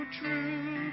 true